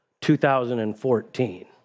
2014